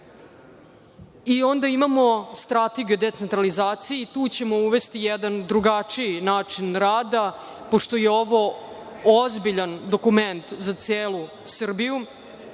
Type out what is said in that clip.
rad. Onda imamo strategiju o decentralizaciji. Tu ćemo uvesti jedan drugačiji način rada, pošto je ovo ozbiljan dokument za celu Srbiju.